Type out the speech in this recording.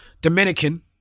Dominican